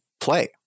play